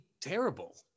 terrible